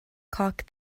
cock